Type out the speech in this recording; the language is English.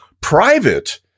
private